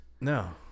No